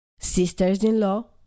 sisters-in-law